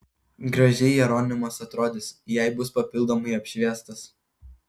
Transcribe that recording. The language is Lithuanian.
gražiai jeronimas atrodys jei bus papildomai apšviestas